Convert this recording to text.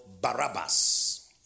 Barabbas